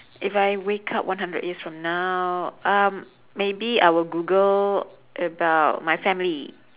if I wake up one hundred years from now um maybe I will google about my family